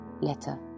letter